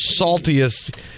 saltiest